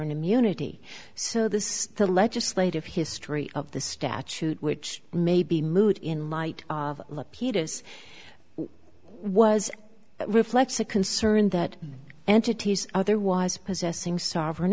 gn immunity so this the legislative history of the statute which may be moot in light of lapidus was reflects a concern that entities otherwise possessing sovereign